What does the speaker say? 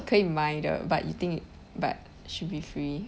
可以买的 but you think but should be free